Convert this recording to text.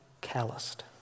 calloused